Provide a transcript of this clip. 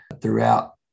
throughout